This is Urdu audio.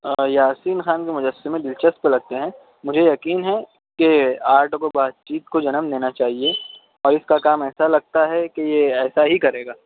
یاسین خان کے مجسمے دلچسپ لگتے ہیں مجھے یقین ہے کہ آرٹ کو بات چیت کو جنم دینا چاہیے اور اس کا کام ایسا لگتا ہے کہ یہ ایسا ہی کرے گا